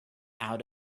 out